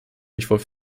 wirklich